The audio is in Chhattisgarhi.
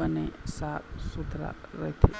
बने साफ सुथरा रहिथे